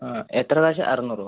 ആ എത്ര പ്രാവശ്യം അറുനൂറോ